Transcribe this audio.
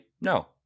No